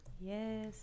Yes